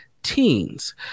Teens